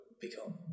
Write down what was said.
become